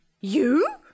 You